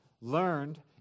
learned